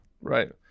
Right